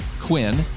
Quinn